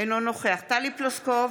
אינו נוכח טלי פלוסקוב,